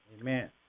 Amen